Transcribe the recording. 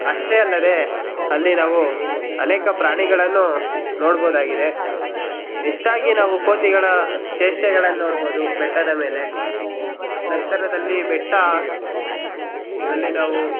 ಅಷ್ಟೇ ಅಲ್ಲದೇ ಅಲ್ಲಿ ನಾವು ಅನೇಕ ಪ್ರಾಣಿಗಳನ್ನು ನೋಡ್ಬೋದಾಗಿದೆ ಹೆಚ್ಚಾಗಿ ನಾವು ಕೋತಿಗಳ ಚೇಷ್ಟೆಗಳನ್ನ ನೋಡ್ಬೋದು ಬೆಟ್ಟದ ಮೇಲೆ ನಂತರದಲ್ಲಿ ಬೆಟ್ಟದಲ್ಲಿ ನಾವು